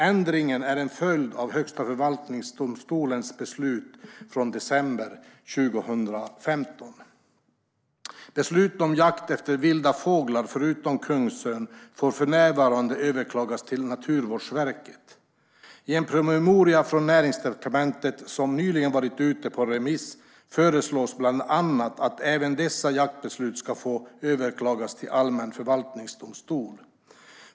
Ändringen är en följd av Högsta förvaltningsdomstolens beslut från december 2015. Beslut om jakt efter vilda fåglar, förutom kungsörn, får för närvarande överklagas till Naturvårdsverket. I en promemoria från Näringsdepartementet som nyligen varit ute på remiss föreslås bland annat att även dessa jaktbeslut ska få överklagas till allmän förvaltningsdomstol.